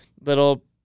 little